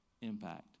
impact